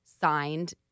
signed